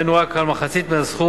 היינו רק על מחצית מהסכום,